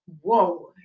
whoa